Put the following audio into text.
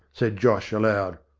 said josh, aloud.